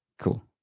Cool